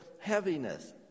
heaviness